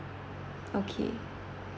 okay